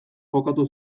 jokatu